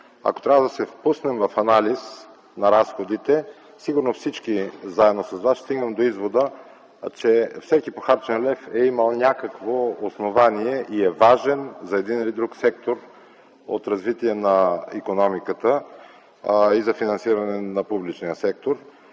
Ако трябва да се впуснем в анализ на разходите, сигурно всички заедно с Вас, ще стигнем до извода, че всеки похарчен лев е имал някакво основание и е важен за един или друг сектор от развитие на икономиката и за финансиране на публичния сектор.